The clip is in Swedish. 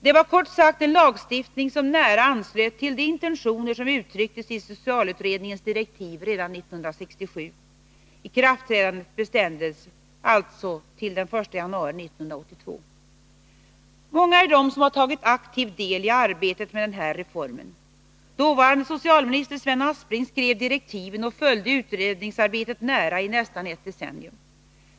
Det var kort sagt en lagstiftning som nära anslöt till de intentioner som uttrycktes i socialutredningens direktiv redan 1967. Ikraftträdandet bestämdes alltså till den 1 januari 1982. Många är de som har tagit aktiv del i arbetet med den här reformen. Dåvarande socialministern Sven Aspling skrev direktiven och följde utredningsarbetet nära i nästan ett decennium.